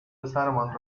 پسرمان